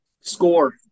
Score